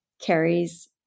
carries